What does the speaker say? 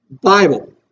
Bible